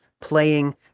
playing